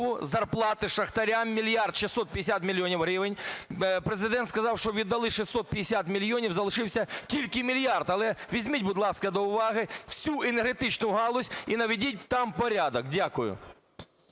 зарплати шахтарям 1 мільярд 650 мільйонів гривень. Президент сказав, що віддали 650 мільйонів, залишився тільки мільярд. Але візьміть, будь ласка, до уваги всю енергетичну галузь і наведіть там порядок. Дякую.